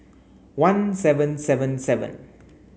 one seven seven seven